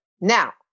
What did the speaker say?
Now